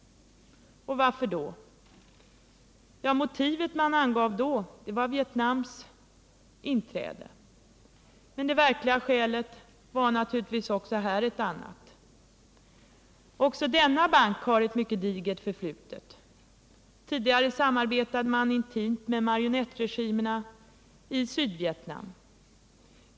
Varför då? Ja, det motiv man angav då var Vietnams inträde. Men det verkliga skälet var naturligtvis också här ett annat. Även denna bank har ett mycket digert förflutet. Tidigare samarbetade man intimt med marionettregimerna i Sydvietnam.